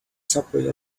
subway